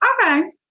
Okay